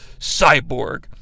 Cyborg